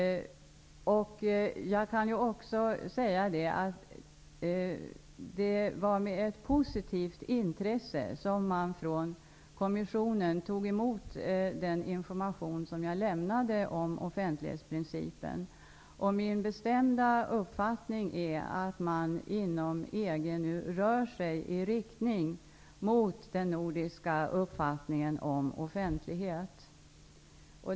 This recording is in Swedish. Det var med ett positivt intresse som man från Kommissionen tog emot den informaton som jag lämnade om offentlighetsprincipen. Min bestämda uppfattning är att man inom EG nu rör sig i riktning mot den nordiska uppfattningen om offentlighet.